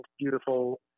beautiful